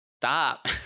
stop